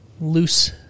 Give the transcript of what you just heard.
loose